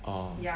orh